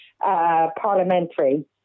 parliamentary